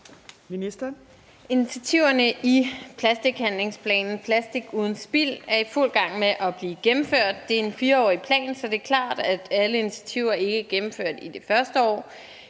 Initiativerne i plastikhandlingsplanen »Plastik uden spild« er i fuld gang med at blive gennemført. Det er en 4-årig plan, så det er klart, at alle initiativer ikke er gennemført i det første år.